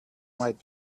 might